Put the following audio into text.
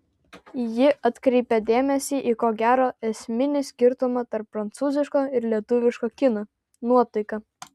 ji atkreipė dėmesį į ko gero esminį skirtumą tarp prancūziško ir lietuviško kino nuotaiką